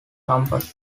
campus